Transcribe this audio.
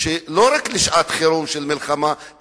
לא רק לשעת חירום של מלחמה,